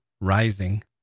rising